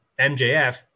MJF